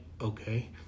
okay